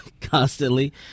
constantly